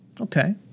Okay